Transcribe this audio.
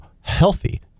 healthy